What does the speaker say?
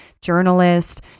journalist